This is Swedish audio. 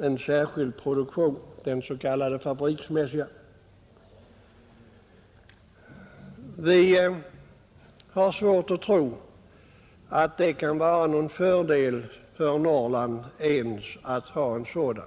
en särskild produktion, den s.k. fabriksmässiga animalieproduktionen. Vi har svårt att tro att det kan vara någon fördel för Norrland ens att ha en sådan.